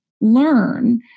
learn